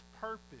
purpose